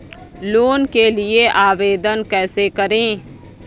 Loan के लिए आवेदन कैसे करें?